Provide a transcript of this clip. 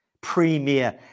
Premier